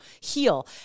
heal